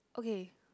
okay